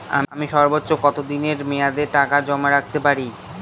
আমি সর্বোচ্চ কতদিনের মেয়াদে টাকা জমা রাখতে পারি?